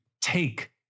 take